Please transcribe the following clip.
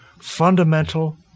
fundamental